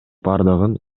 бардыгын